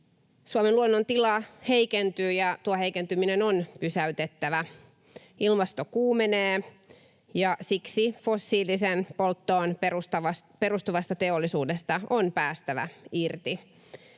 Suomen luonnon tila heikentyy, ja tuo heikentyminen on pysäytettävä. Ilmasto kuumenee, ja siksi fossiilisen polttoon perustuvasta teollisuudesta on päästävä irti.